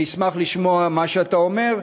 אני אשמח לשמוע מה שאתה אומר,